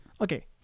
Okay